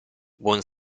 buon